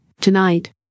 Tonight